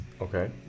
Okay